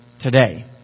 today